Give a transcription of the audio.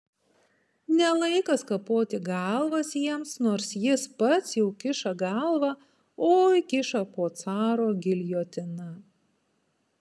ne laikas kapoti galvas jiems nors jis pats jau kiša galvą oi kiša po caro giljotina